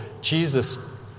Jesus